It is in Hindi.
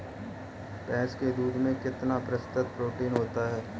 भैंस के दूध में कितना प्रतिशत प्रोटीन होता है?